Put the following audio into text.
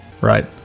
Right